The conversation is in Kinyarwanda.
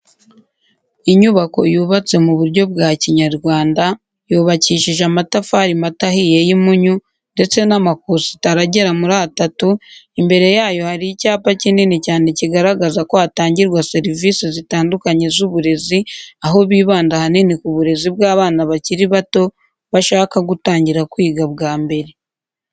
Inyubako yubatse mu buryo bwa Kinyarwanda, yubakishije amatafari mato ahiye y'impunyu ndetse n'amakositara agera muri atatu, imbere yayo hari icyapa kinini cyane kigaragaza ko hatangirwa serivisi zitandukanye z'uburezi aho bibanda ahanini ku burezi bw'abana bakiri bato bashaka gutangira kwiga bwa mbere.